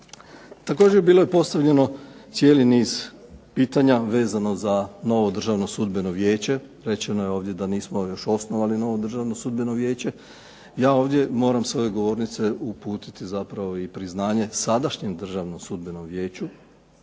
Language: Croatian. Također bilo je postavljeno cijeli niz pitanja vezano za novo Državno sudbeno vijeće. Rečeno je ovdje da nismo još osnovali novo Državno sudbeno vijeće. Ja ovdje moram s ove govornice uputiti zapravo i priznanje sadašnjem Državnom sudbenom vijeću